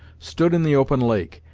stood in the open lake,